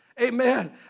Amen